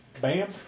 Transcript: Bam